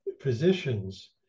physicians